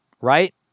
right